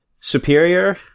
Superior